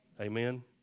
Amen